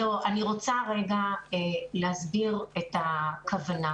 שום דבר, שום מכתב, שום פניה.